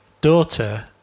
daughter